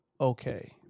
okay